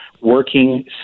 working